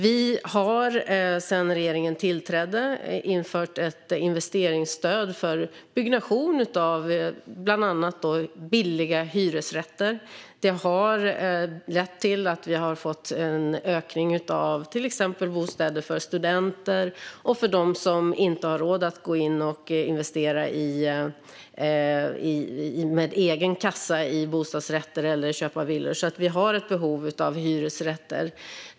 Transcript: Vi har sedan regeringen tillträdde infört ett investeringsstöd för byggnation av bland annat billiga hyresrätter. Det har lett till att vi har fått en ökning av till exempel bostäder för studenter och för dem som inte har råd att gå in och investera med egen kassa i bostadsrätter eller köpa villor. Vi har ett behov av hyresrätter.